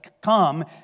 come